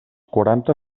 quaranta